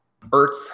Ertz